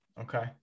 Okay